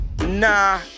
Nah